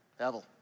Evil